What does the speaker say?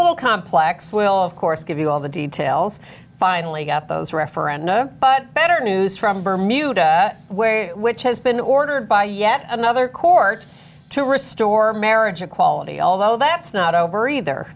little complex well of course give you all the details finally got those referenda but better news from bermuda where which has been ordered by yet another court to restore marriage equality although that's not over either